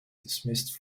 dismissed